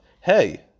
hey